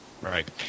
Right